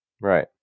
Right